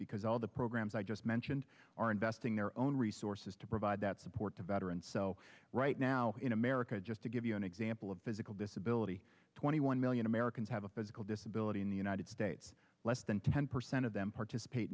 because all the programs i just mentioned are investing their own resources to provide that support to veterans right now in america just to give you an example of physical disability twenty one million americans have a physical disability in the united states less than ten percent of them participate